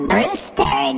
Brewster